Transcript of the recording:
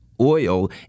oil